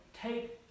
take